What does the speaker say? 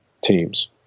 teams